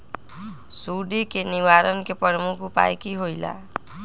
सुडी के निवारण के प्रमुख उपाय कि होइला?